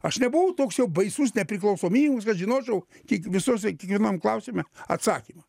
aš nebuvau toks jau baisus nepriklausomybininkas kas žinočiau kiek visose kiekvienam klausime atsakymą